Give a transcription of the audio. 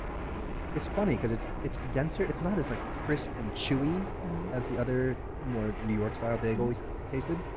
it's funny, because it's it's denser, it's not as like crisp and chewy as the other more new york style bagel we tasted,